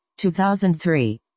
2003